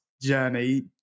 journey